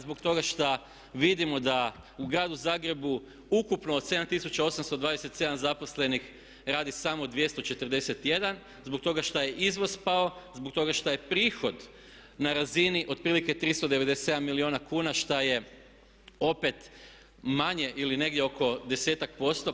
Zbog toga šta vidimo da u Gradu Zagrebu ukupno od 7827 zaposlenih radi samo 241, zbog toga što je izvoz pao, zbog toga šta je prihod na razini otprilike 397 milijuna kuna šta je opet manje ili negdje oko desetak posto.